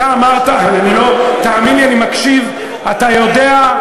אתה אמרת, תאמין לי, אני מקשיב, אתה יודע,